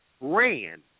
ran